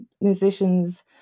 musicians